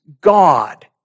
God